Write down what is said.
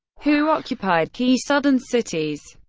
who occupied key southern cities.